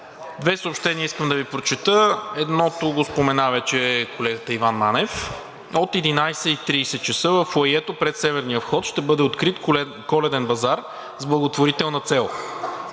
Две съобщения искам да Ви прочета. Едното вече го спомена колегата Иван Манев. От 11,30 ч. във фоайето пред северния вход ще бъде открит Коледен базар с благотворителна цел.